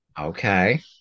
okay